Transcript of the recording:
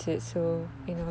oh